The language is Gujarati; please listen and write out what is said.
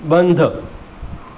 બંધ